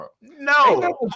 No